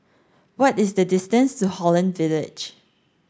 what is the distance to Holland Village